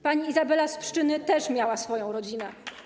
Pani Izabela z Pszczyny też miała swoją rodzinę.